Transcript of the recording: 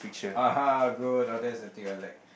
!uh-huh! good now that's the thing I like